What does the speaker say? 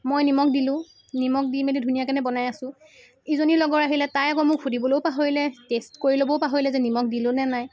মই নিমখ দিলোঁ নিমখ দি মেলি ধুনীয়া কেনে বনাই আছোঁ ইজনী লগৰ আহিলে তাই আকৌ মোক সুধিবলৈয়ো পাহৰিলে টেষ্ট কৰি ল'বও পাহৰিলে যে নিমখ দিলোঁনে নাই